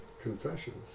confessions